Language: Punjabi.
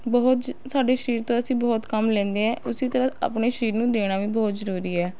ਬਹੁਤ ਜ ਸਾਡੇ ਸਰੀਰ ਤੋਂ ਅਸੀਂ ਬਹੁਤ ਕੰਮ ਲੈਂਦੇ ਹੈ ਉਸੀ ਤਰ੍ਹਾਂ ਆਪਣੇ ਸਰੀਰ ਨੂੰ ਦੇਣਾ ਵੀ ਬਹੁਤ ਜ਼ਰੂਰੀ ਹੈ